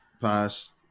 past